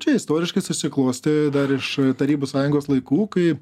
čia istoriškai susiklostė dar iš tarybų sąjungos laikų kai